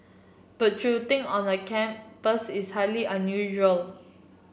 but on a campus is highly unusual